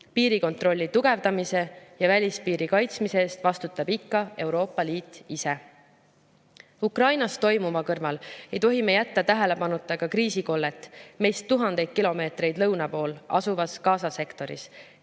Piirikontrolli tugevdamise ja välispiiri kaitsmise eest vastutab ikka Euroopa Liit ise. Ukrainas toimuva kõrval ei tohi me jätta tähelepanuta ka kriisikollet meist tuhandeid kilomeetreid lõuna pool asuvas Gaza sektoris.